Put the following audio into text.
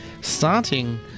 starting